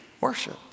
Worship